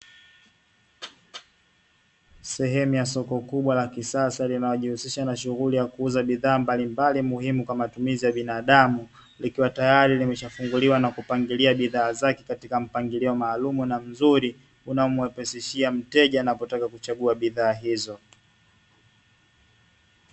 Sehemu ya soko kubwa la kisasa linalojihusisha na shughuli ya kuuza bidhaa mbalimbali muhimu kwa matumizi ya binadamu, likiwa tayari limeshafunguliwa na kupangilia bidhaa zake katika mpangilio maalumu na mzuri, unaomwepesishia mteja na kutaka kuchagua bidhaa hizo.